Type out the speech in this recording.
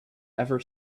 ever